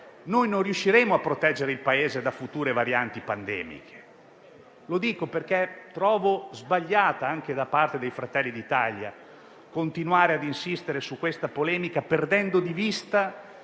non riusciremo a proteggere il Paese da future varianti pandemiche. Lo dico perché trovo sbagliato, anche da parte di Fratelli d'Italia, continuare a insistere su questa polemica perdendo di vista